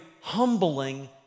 humbling